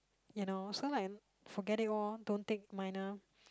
you know so like forget it orh don't take minor